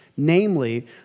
Namely